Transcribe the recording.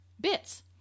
bits